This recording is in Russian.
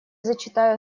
зачитаю